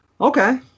Okay